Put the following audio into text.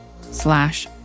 slash